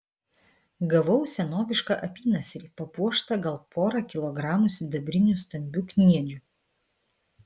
gavau senovišką apynasrį papuoštą gal pora kilogramų sidabrinių stambių kniedžių